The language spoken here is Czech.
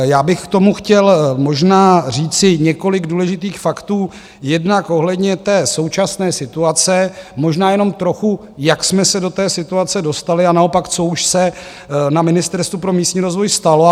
Já bych k tomu chtěl možná říci několik důležitých faktů jednak ohledně té současné situace, možná jenom trochu, jak jsme se do té situace dostali a naopak co už se na Ministerstvu pro místní rozvoj stalo.